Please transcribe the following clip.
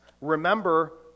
Remember